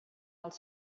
els